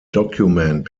document